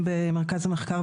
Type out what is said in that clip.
ברורה,